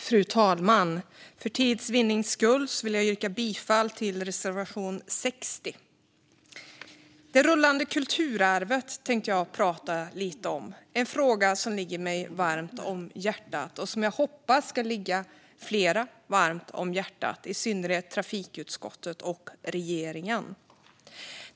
Fru talman! För tids vinnande yrkar jag bifall endast till reservation 60. Det rullande kulturarvet tänkte jag prata lite om. Det är en fråga som ligger mig varmt om hjärtat och som jag hoppas ska ligga flera varmt om hjärtat, i synnerhet i trafikutskottet och regeringen.